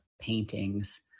paintings